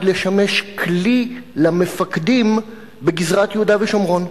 לשמש כלי למפקדים בגזרת יהודה ושומרון.